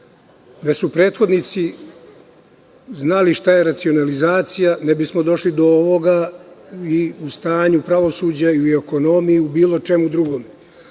da su prethodnici znali šta je racionalizacija ne bismo došli do ovoga i u stanju pravosuđa, i u ekonomiji i u bilo čemu drugom. Svaka